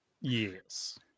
Yes